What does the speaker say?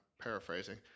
paraphrasing